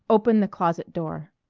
opened the closet door.